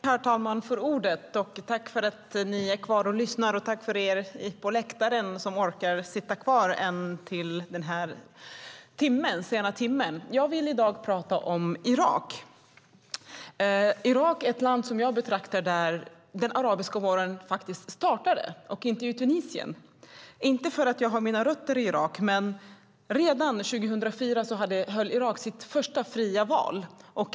Herr talman! Tack för att ni är kvar och lyssnar, och tack till er på läktaren som orkar sitta kvar den här sena timmen. Jag vill i dag tala om Irak. Irak är det land som jag betraktar som det där den arabiska våren startade, inte Tunisien. Det är inte för att jag har mina rötter i Irak. Redan 2004 höll Irak sitt första fria val.